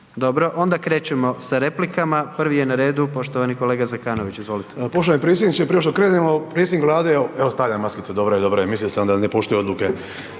Dobro. Onda krećemo sa replikama. Prvi je na redu poštovani kolega Zekanović. Izvolite. **Zekanović, Hrvoje (HRAST)** Poštovani predsjedniče, prije nego što krenemo, predsjednik Vlade, evo, stavlja maskicu, dobro je, dobro je, mislio sam da ne poštuje odluke.